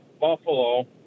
Buffalo